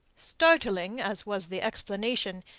startling as was the explanation,